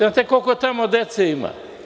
Znate koliko tamo dece ima?